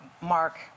Mark